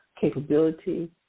capability